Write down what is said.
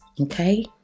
okay